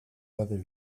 weather